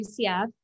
UCF